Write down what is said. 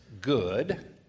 good